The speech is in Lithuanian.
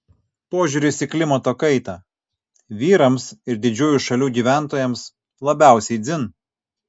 požiūris į klimato kaitą vyrams ir didžiųjų šalių gyventojams labiausiai dzin